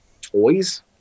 toys